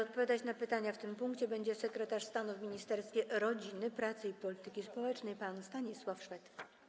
Odpowiadać na pytania w tym punkcie będzie sekretarz stanu w Ministerstwie Rodziny, Pracy i Polityki Społecznej pan Stanisław Szwed.